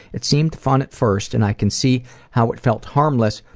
it seemed fun at first and i can see how it felt harmless,